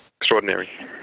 Extraordinary